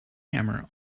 hammer